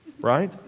right